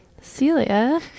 Celia